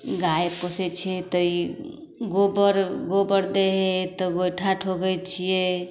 गाइ पोसै छिए तऽ गोबर गोबर दै हइ तऽ गोइठा ठोकै छिए